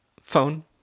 phone